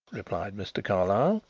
replied mr. carlyle,